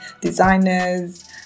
designers